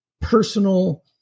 personal